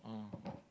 oh